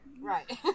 Right